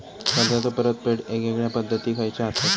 कर्जाचो परतफेड येगयेगल्या पद्धती खयच्या असात?